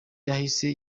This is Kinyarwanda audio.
yahise